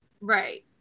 right